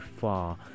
far